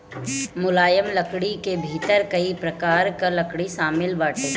मुलायम लकड़ी के भीतर कई प्रकार कअ लकड़ी शामिल बाटे